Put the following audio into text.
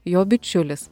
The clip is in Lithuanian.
jo bičiulis